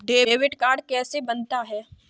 Debit card कैसे बनता है?